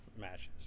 matches